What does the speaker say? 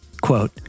Quote